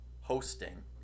hosting